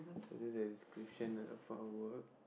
told you that he is christian and a follower